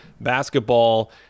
basketball